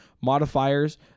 modifiers